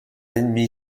ennemi